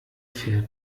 fährt